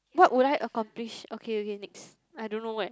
what would I accomplish okay okay next I don't know when